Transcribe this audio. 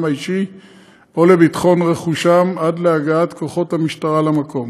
האישי או לביטחון רכושם עד להגעת כוחות המשטרה למקום.